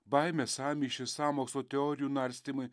baimė sąmyšis sąmokslo teorijų narstymai